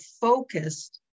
focused